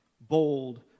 bold